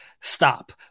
stop